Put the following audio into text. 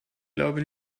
glaube